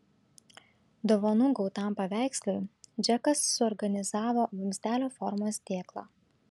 dovanų gautam paveikslui džekas suorganizavo vamzdelio formos dėklą